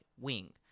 wing